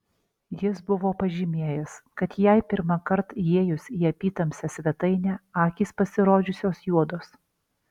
jis buvo pažymėjęs kad jai pirmąkart įėjus į apytamsę svetainę akys pasirodžiusios juodos